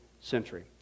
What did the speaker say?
century